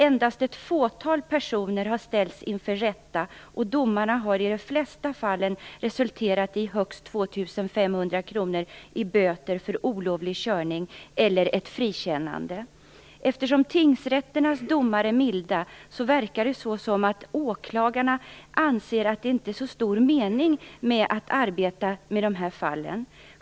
Endast ett fåtal personer har ställts inför rätta, och domarna har i de flesta fallen resulterat i högst 2 500 Eftersom tingsrätternas domar är milda verkar det som om åklagarna anser att det inte är så stor mening med att arbeta med de här fallen.